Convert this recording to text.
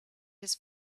his